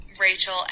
Rachel